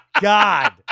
God